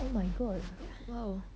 oh my god !wow!